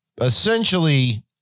essentially